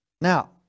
Now